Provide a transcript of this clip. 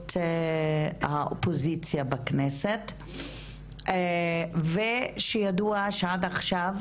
וחברות האופוזיציה בכנסת ושידוע שעד עכשיו